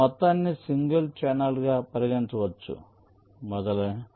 ఈ మొత్తాన్ని సింగిల్ ఛానెల్గా పరిగణించవచ్చు మొదలైనవి